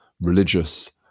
religious